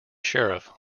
sheriff